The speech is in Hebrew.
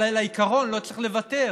אבל על העיקרון לא צריך לוותר,